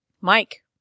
Mike